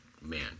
man